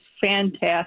fantastic